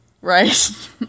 Right